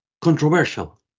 controversial